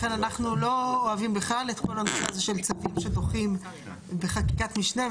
לכן אנחנו לא אוהבים בכלל את כל הנושא הזה של צווים שדוחים בחקיקת משנה,